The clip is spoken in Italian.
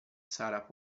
sarah